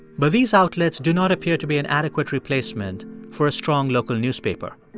but these outlets do not appear to be an adequate replacement for a strong local newspaper.